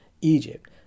Egypt